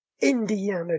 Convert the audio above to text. Indiana